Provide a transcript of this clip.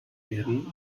werden